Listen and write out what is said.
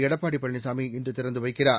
எடப்பாடி பழனிசாமி இன்று திறந்து வைக்கிறார்